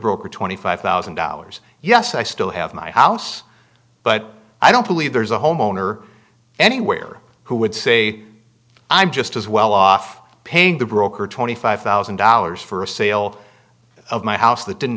broker twenty five thousand dollars yes i still have my house but i don't believe there's a homeowner anywhere who would say i'm just as well off paying the broker twenty five thousand dollars for a sale of my house that didn't